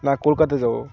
না কলকাতা যাবো